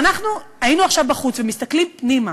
אם אנחנו היינו עכשיו בחוץ ומסתכלים פנימה,